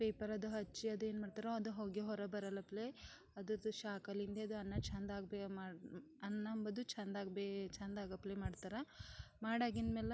paper ಅದು ಹಚ್ಚಿ ಅದೇನು ಮಾಡ್ತಾರೆ ಅದು ಹೊಗೆ ಹೊರ ಬರಲ್ಲಪ್ಲೇ ಅದರದ್ದು ಶಾಖಲಿಂದೆ ಅದು ಅನ್ನ ಚೆಂದಾಗ ಬೇಯೋಂಗೆ ಮಾಡೋ ಅನ್ನ ಎಂಬುದು ಚೆಂದಾಗಿ ಬೇ ಚೆಂದಾಗಪ್ಲೇ ಮಾಡ್ತಾರೆ ಮಾಡಾಗಿದ್ಮೇಲೆ